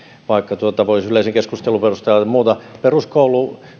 vaikka voisi yleisen keskustelun perusteella muuta ajatella peruskoulu